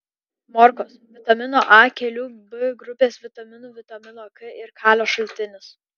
morkos vitamino a kelių b grupės vitaminų vitamino k ir kalio šaltinis